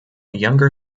younger